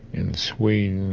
in sweden,